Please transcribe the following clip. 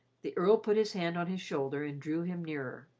the earl put his hand on his shoulder and drew him nearer.